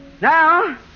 now